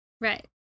Right